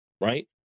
right